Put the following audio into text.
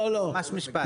לא, אף אחד לא אומר משפט.